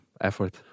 effort